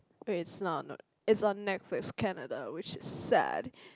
wait it's not on it's on Netflix Canada which is sad